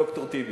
ד"ר טיבי.